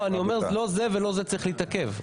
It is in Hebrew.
לא, אני אומר: לא זה ולא זה צריך להתעכב.